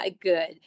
good